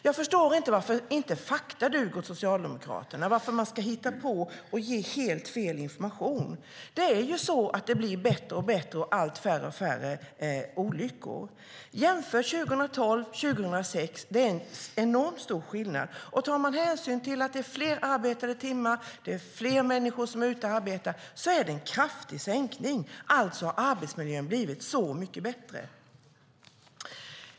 Jag förstår inte varför fakta inte duger åt Socialdemokraterna, varför de ska hitta på och ge helt fel information. Det är ju så att det blir bättre och bättre och sker färre och färre olyckor. Jämför 2012 och 2006 - det är en enormt stor skillnad. Tar man hänsyn till att det är fler arbetade timmar och fler människor som är ute och arbetar är det en kraftig sänkning. Alltså har arbetsmiljön blivit mycket bättre.